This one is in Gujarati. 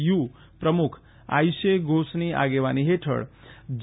યુ પ્રમુખ આઈશે ધોષની આગેવાની હેઠળ જે